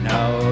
Now